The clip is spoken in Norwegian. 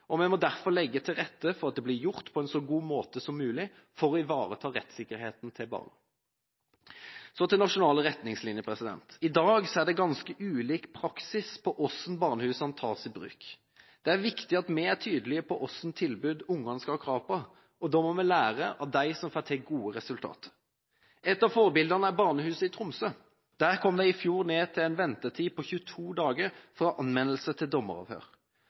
og vi må derfor legge til rette for at de blir gjort på en så god måte som mulig for å ivareta rettssikkerheten til barna. Så til nasjonale retningslinjer: I dag er det ganske ulik praksis med tanke på hvordan barnehusene tas i bruk. Det er viktig at vi er tydelige på hva slags tilbud ungene skal ha krav på, og da må vi lære av dem som får til gode resultater. Et av forbildene er barnehuset i Tromsø. Der kom de i fjor ned i en ventetid på 22 dager fra anmeldelse til dommeravhør.